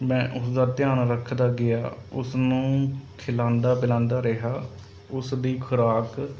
ਮੈਂ ਉਸਦਾ ਧਿਆਨ ਰੱਖਦਾ ਗਿਆ ਉਸਨੂੰ ਖਿਲਾਉਂਦਾ ਪਿਲਾਉਂਦਾ ਰਿਹਾ ਉਸ ਦੀ ਖੁਰਾਕ